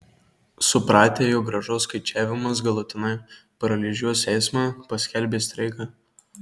supratę jog grąžos skaičiavimas galutinai paralyžiuos eismą paskelbė streiką